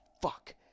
fuck